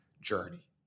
journey